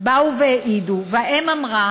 באו והעידו, והאם אמרה